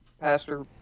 pastor